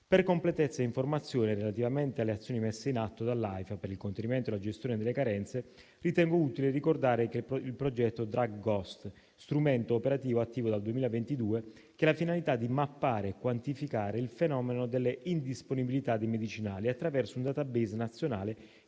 Per completezza di informazione, relativamente alle azioni messe in atto dall'AIFA per il contenimento e la gestione delle carenze, ritengo utile ricordare il progetto *DruGhost*, strumento operativo attivo dal 2022, che ha la finalità di mappare e quantificare il fenomeno delle indisponibilità dei medicinali, attraverso un *database* nazionale